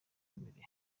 imbere